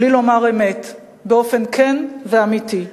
בלי לומר אמת באופן כן ואמיתי,